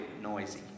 noisy